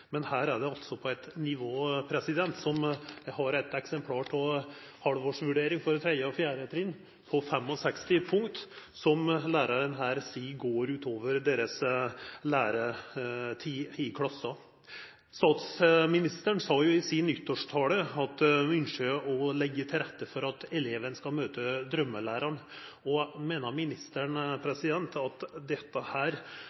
men her er det på et annet nivå. Jeg har her et eksemplar av en halvårsvurdering for 3. og 4. trinn på 65 punkter, som læreren her sier går ut over lærernes tid i klassen. Statsministeren sa i sin nyttårstale at hun ønsker å legge til rette for at eleven skal møte drømmelæreren. Mener ministeren